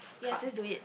yes just do it